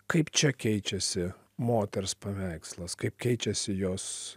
kaip čia keičiasi moters paveikslas kaip keičiasi jos